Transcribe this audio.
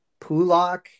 Pulak